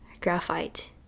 graphite